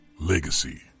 legacy